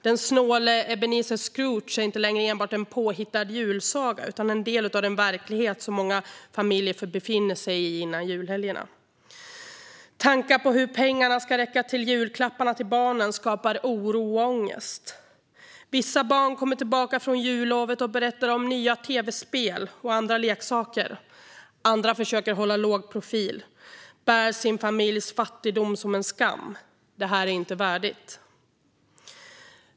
Den snåle Ebenezer Scrooge är inte längre enbart en påhittad julsaga utan en del av den verklighet som många familjer befinner sig i före julhelgerna. Tankar på hur pengarna ska räcka till julklapparna till barnen skapar oro och ångest. Vissa barn kommer tillbaka från jullovet och berättar om nya tv-spel och andra leksaker, andra försöker hålla låg profil och bär sin familjs fattigdom som en skam. Det här är inte värdigt.